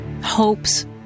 hopes